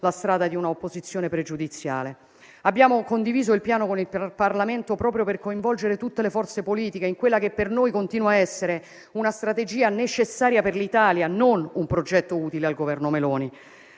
la strada di una opposizione pregiudiziale. Abbiamo condiviso il Piano con il Parlamento, proprio per coinvolgere tutte le forze politiche in quella che per noi continua a essere una strategia necessaria per l'Italia, non un progetto utile al Governo Meloni.